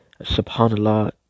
subhanallah